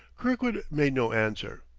kirkwood made no answer.